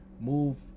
move